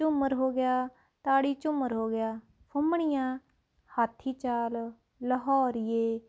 ਝੂਮਰ ਹੋ ਗਿਆ ਤਾੜੀ ਝੂਮਰ ਹੋ ਗਿਆ ਫੁੰਮਣੀਆਂ ਹਾਥੀ ਚਾਲ ਲਾਹੌਰੀਏ